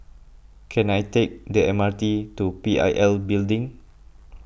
can I take the M R T to P I L Building